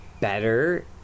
Better